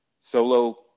solo